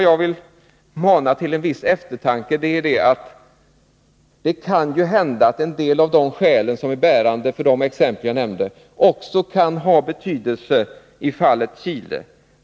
Jag vill mana till en viss eftertanke, för en del av de skäl som är bärande när det gäller de exempel jag nämnde kan också ha betydelse i fallet Chile.